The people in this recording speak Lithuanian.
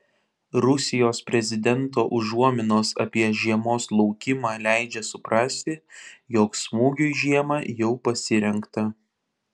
rusijos prezidento užuominos apie žiemos laukimą leidžia suprasti jog smūgiui žiemą jau pasirengta